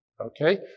okay